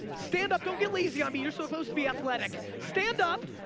stand up. don't get lazy on me. you're supposed to be athletic. stand up,